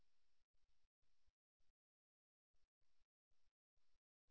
teetering கால்களை ஒரு எதிர்மறையான உடல் தோரணையாக எடுத்துக் கொள்ளக்கூடாது